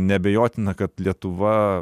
neabejotina kad lietuva